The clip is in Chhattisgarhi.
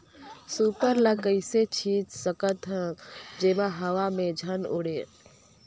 सुपर ल कइसे छीचे सकथन जेमा हवा मे झन उड़े?